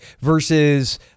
versus